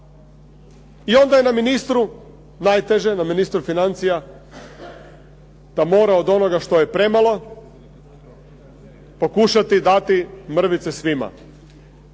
I onda je na ministru najteže, na ministru financija da mora od onoga što je premalo pokušati dati mrvice svima.